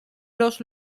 los